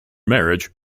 marriage